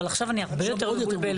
אבל עכשיו אני הרבה יותר מבולבלת.